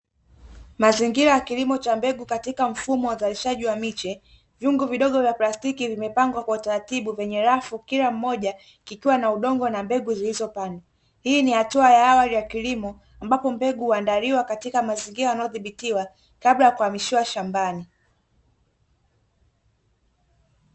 Mazingira ya kilimo cha mbegu katika mfumo wa uzalishaji wa miche vyungu vidogo vya plastiki vimepangwa kwa utaratibu kwenye rafu, kila mmoja kikiwa na udongo na mbegu zilizopandwa hii ni hatua ya awali ya kilimo, ambapo mbegu huandaliwa katika mazingira yanayodhibitiwa kabla ya kuhamishiwa shambani.